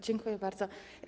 Dziękuję bardzo.